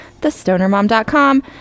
thestonermom.com